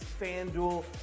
FanDuel